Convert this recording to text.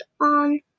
on